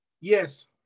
Yes